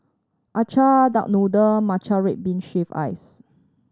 acar duck noodle matcha red bean shave ice